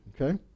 Okay